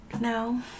No